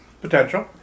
Potential